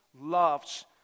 loves